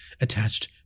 attached